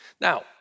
Now